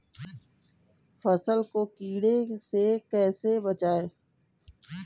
फसल को कीड़े से कैसे बचाएँ?